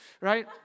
right